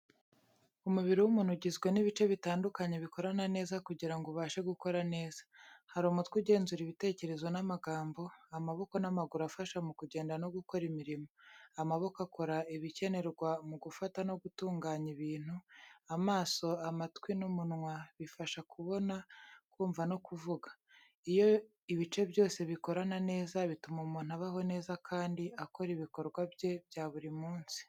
Umubiri w’umuntu ugizwe n’ibice bitandukanye bikorana neza kugira ngo ubashe gukora neza. Hari umutwe ugenzura ibitekerezo n’amagambo, amaboko n’amaguru afasha mu kugenda no gukora imirimo, amaboko akora ibikenerwa mu gufata no gutunganya ibintu, amaso, amatwi, n’umunwa bifasha kubona, kumva no kuvuga. Iyo ibice byose bikorana neza, bituma umuntu abaho neza, kandi akora ibikorwa bye bya buri munsi.